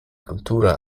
cultura